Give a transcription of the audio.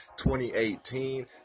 2018